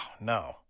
no